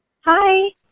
Hi